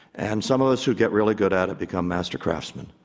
and some of us who get really good at it become master craftsmen.